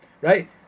right